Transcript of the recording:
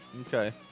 okay